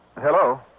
Hello